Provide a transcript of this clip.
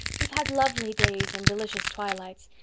we've had lovely days and delicious twilights.